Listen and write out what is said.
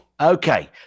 Okay